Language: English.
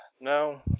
No